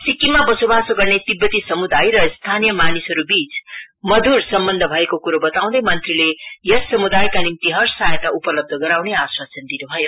सिक्किममा बसोबासो गर्ने तिब्बती समुदाय र स्थानीय मानिसहरूबीत मधुर सम्बन्ध भएको कुरो बताउँदै मंत्रीले यस समुदायका निम्ति हर सहायता उपलब्ध गराउने आश्वासन दिनु भयो